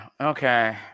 Okay